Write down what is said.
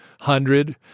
hundred